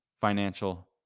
financial